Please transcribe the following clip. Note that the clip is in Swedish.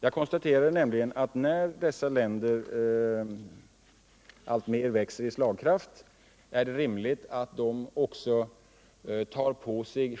Jag konstaterade, att när dessa länder alltmer växer i slagkraft är det rimligt att de också tar på sig